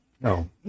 no